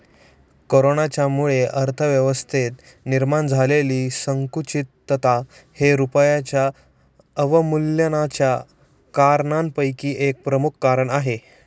कोरोनाच्यामुळे अर्थव्यवस्थेत निर्माण झालेली संकुचितता हे रुपयाच्या अवमूल्यनाच्या कारणांपैकी एक प्रमुख कारण आहे